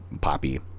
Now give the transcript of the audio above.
poppy